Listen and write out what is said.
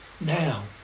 now